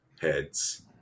heads